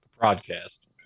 Broadcast